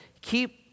Keep